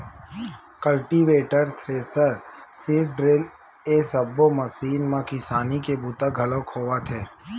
cultivator, thresher, seed drill ए सब्बो machine म किसानी के बूता घलोक होवत हे